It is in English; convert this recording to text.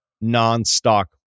non-stock